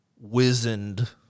wizened